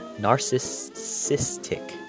Narcissistic